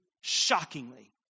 shockingly